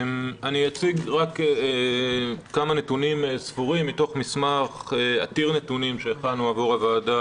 אני אציג רק כמה נתונים ספורים מתוך מסמך עתיר נתונים שהכנו עבור הוועדה